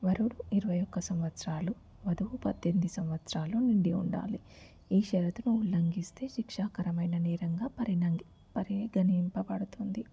వరుడు ఇరవై ఒక సంవత్సరాలు వధువు పద్దెనిమిది సంవత్సరాలు నిండి ఉండాలి ఈ షరతును ఉల్లంఘిస్తే శిక్షాకరమైన నేరంగా పరిణ పరిగణింప పడుతుంది